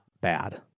bad